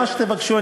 מה שתבקשו,